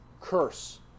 curse